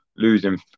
losing